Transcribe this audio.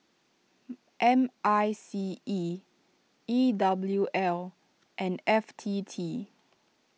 M I C E E W L and F T T